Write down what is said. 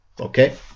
Okay